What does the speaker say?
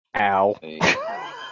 Ow